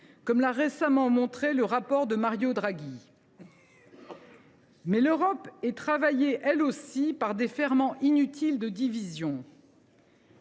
comme l’a récemment montré le rapport de Mario Draghi. « Néanmoins, l’Europe est travaillée, elle aussi, par des ferments inutiles de division.